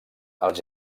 els